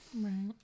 Right